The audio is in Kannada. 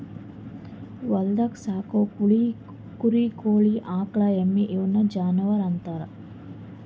ಹೊಲ್ದಾಗ್ ಸಾಕೋ ಕುರಿ ಕೋಳಿ ಆಕುಳ್ ಎಮ್ಮಿ ಇವುನ್ ಜಾನುವರ್ ಅಂತಾರ್